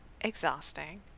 exhausting